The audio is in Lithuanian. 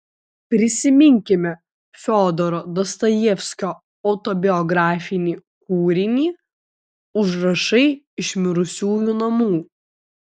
prisiminkime fiodoro dostojevskio autobiografinį kūrinį užrašai iš mirusiųjų namų